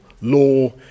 law